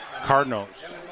Cardinals